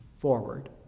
forward